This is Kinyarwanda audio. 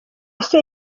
ese